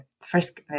first